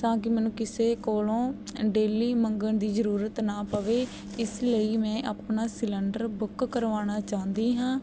ਤਾਂ ਕਿ ਮੈਨੂੰ ਕਿਸੇ ਕੋਲੋਂ ਅ ਡੇਲੀ ਮੰਗਣ ਦੀ ਜ਼ਰੂਰਤ ਨਾ ਪਵੇ ਇਸ ਲਈ ਮੈਂ ਆਪਣਾ ਸਿਲੰਡਰ ਬੁੱਕ ਕਰਵਾਉਣਾ ਚਾਹੁੰਦੀ ਹਾਂ